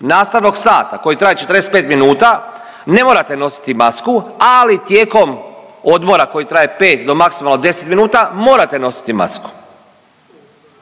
nastavnog sata koji traje 45 minuta ne morate nositi masku, ali tijekom odmora koji traje 5 do maksimalno 10 minuta morate nositi masku.